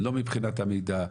לא מבחינת המידע,